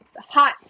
hot